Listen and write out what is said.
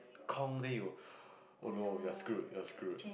konk then you oh no you're screwed you're screwed